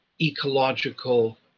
ecological